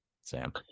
Sam